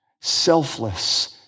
selfless